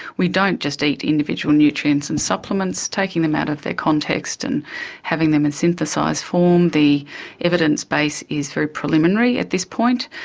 we don't just eat individual nutrients and supplements, taking them out of their context and having them in synthesised form. the evidence base is very preliminary at this point,